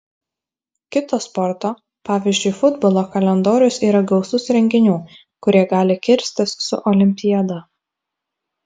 kito sporto pavyzdžiui futbolo kalendorius yra gausus renginių kurie gali kirstis su olimpiada